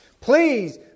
please